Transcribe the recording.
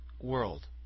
world